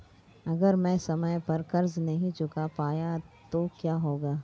अगर मैं समय पर कर्ज़ नहीं चुका पाया तो क्या होगा?